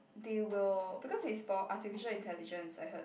they will because they stored artificial intelligence I heard